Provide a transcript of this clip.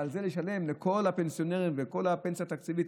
ועל זה לשלם לכל הפנסיונרים ובכל הפנסיה התקציבית,